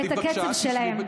בבקשה תשבי.